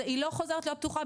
היא לא חוזרת להיות פתוחה.